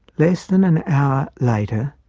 less than an hour later,